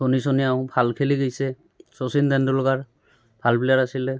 ধোনী চনীয়েও ভাল খেলি গৈছে শচীন তেণ্ডুলকাৰ ভাল প্লেয়াৰ আছিলে